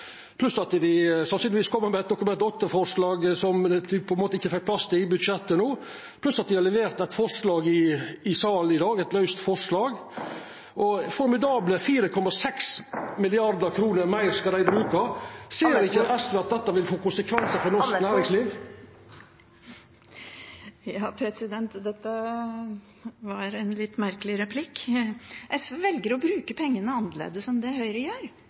pluss at dei sannsynlegvis kjem med eit Dokument 8-forslag som dei ikkje fekk plass til i budsjettet. Dei har også levert eit laust forslag. Formidable 4,6 mrd. kr meir skal dei bruka. Ser ikkje SV at dette vil få konsekvensar for norsk næringsliv? Dette var en litt merkelig replikk. SV velger å bruke pengene